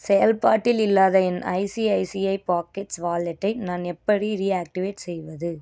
செயல்பாட்டில் இல்லாத என் ஐசிஐசிஐ பாக்கெட்ஸ் வாலெட்டை நான் எப்படி ரீஆக்டிவேட் செய்வது